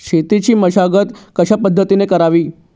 शेतीची मशागत कशापद्धतीने करावी?